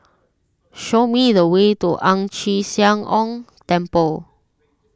show me the way to Ang Chee Sia Ong Temple